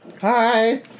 hi